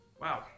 wow